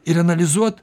ir analizuot